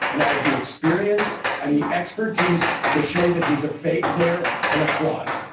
and i have the experience and the expertise to show that he's a fake there and a fraud.